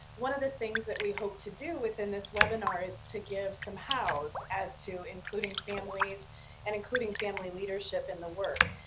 one of the things we hoped to do within this webinar is to give some hows as to including families and including family leadership in the work,